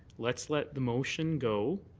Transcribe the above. let's let the motion go.